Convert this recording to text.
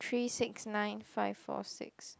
three six nine five four six